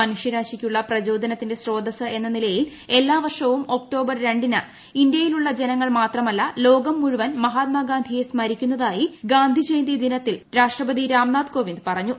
മനുഷ്യരാശിക്ക് ഉള്ള പ്രചോദനത്തിന്റെ സ്രോതസ് എന്ന നിലയിൽ എല്ലാ വർഷവും ഒക്ടോബർ രണ്ടിന് ഇന്ത്യയിലുള്ള ജനങ്ങൾ മാത്രമല്ല ലോകം മുഴുവൻ മഹാത്മാഗാന്ധിയെ സ്മരിക്കുന്നതായി ഗാന്ധിജയന്തി സന്ദേശത്തിൽ രാഷ്ട്രപതി രാംനാഥ് കോവിന്ദ് പറഞ്ഞു